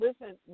listen